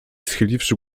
schyliwszy